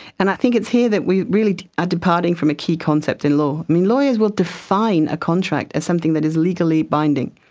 and i think it's here that we really are departing from a key concept in law. lawyers will define a contract as something that is legally binding,